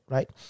Right